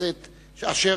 הצעה לסדר-היום מס' 1470,